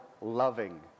loving